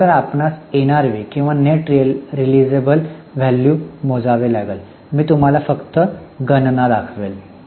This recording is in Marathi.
खरं तर आपणास एनआरव्ही किंवा नेट रिलीझिबल व्हॅल्यू मोजावे लागेल मी तुम्हाला फक्त गणना दाखवेल